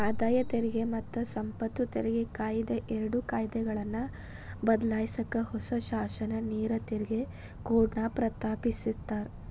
ಆದಾಯ ತೆರಿಗೆ ಮತ್ತ ಸಂಪತ್ತು ತೆರಿಗೆ ಕಾಯಿದೆ ಎರಡು ಕಾಯ್ದೆಗಳನ್ನ ಬದ್ಲಾಯ್ಸಕ ಹೊಸ ಶಾಸನ ನೇರ ತೆರಿಗೆ ಕೋಡ್ನ ಪ್ರಸ್ತಾಪಿಸ್ಯಾರ